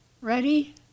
Ready